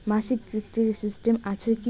মাসিক কিস্তির সিস্টেম আছে কি?